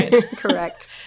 Correct